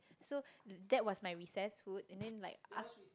so that was my recess food and then like ask